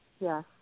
yes